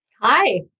Hi